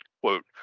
quote